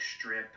strip